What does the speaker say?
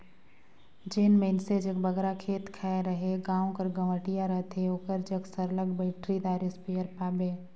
जेन मइनसे जग बगरा खेत खाएर अहे गाँव कर गंवटिया रहथे ओकर जग सरलग बइटरीदार इस्पेयर पाबे